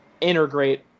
integrate